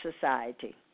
society